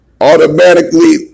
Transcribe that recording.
automatically